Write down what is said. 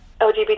LGBT